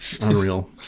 Unreal